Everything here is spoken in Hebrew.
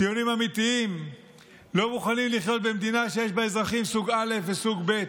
ציונים אמיתיים לא מוכנים לחיות במדינה שיש בה אזרחים סוג א' וסוג ב'.